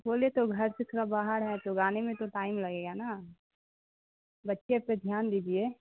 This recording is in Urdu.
بولیے تو گھر سے تھوڑا باہر ہے تو گانے میں تو ٹائم لگے گا نا بچے پہ دھیان دیجیے